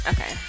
Okay